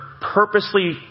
purposely